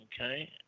okay